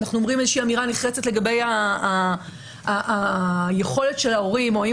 אנחנו אומרים איזושהי אמירה נחרצת לגבי היכולת של ההורים - אני